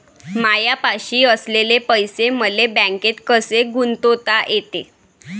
मायापाशी असलेले पैसे मले बँकेत कसे गुंतोता येते?